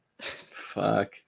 fuck